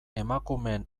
emakumeen